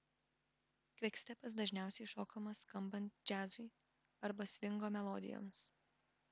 kvikstepas dažniausiai šokamas skambant džiazui arba svingo melodijoms